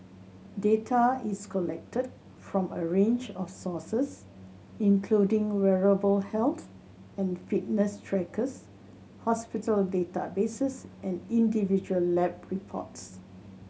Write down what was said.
data is collected from a range of sources including wearable health and fitness trackers hospital databases and individual lab reports